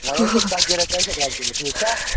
وَنہِ حظ چھُ ژتجی رۄپیہِ حظ چھُ دۄدٕ کِلوٗ ٹھیٖک چھا